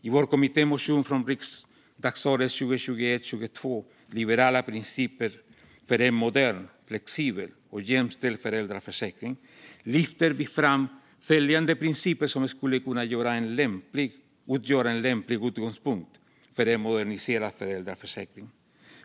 I vår kommittémotion från riksdagsåret 2021/22 Liberala principer för en modern, flexibel och jämställd föräldraförsäkring lyfter vi fram följande principer som skulle kunna utgöra en lämplig utgångspunkt för en moderniserad föräldraförsäkring.